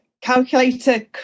calculator